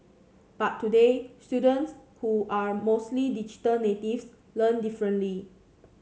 but today students who are mostly digital natives learn differently